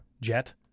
jet